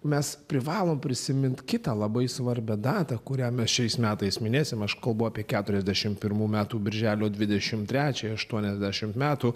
mes privalom prisimint kitą labai svarbią datą kurią mes šiais metais minėsim aš kalbu apie keturiasdešimt pirmų metų birželiodvidešimt trečiąją aštuoniasdešimt metų